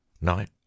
Night